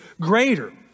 greater